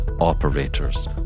operators